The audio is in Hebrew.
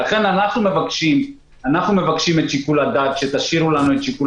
ולכן אנחנו מבקשים שתשאירו לנו את שיקול